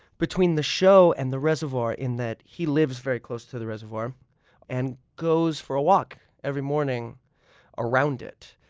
between the show and the reservoir, in that he lives very close to the reservoir and goes for a walk every morning around it.